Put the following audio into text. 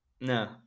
no